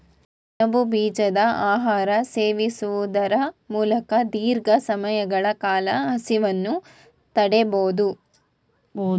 ಸೆಣಬು ಬೀಜದ ಆಹಾರ ಸೇವಿಸುವುದರ ಮೂಲಕ ದೀರ್ಘ ಸಮಯಗಳ ಕಾಲ ಹಸಿವನ್ನು ತಡಿಬೋದು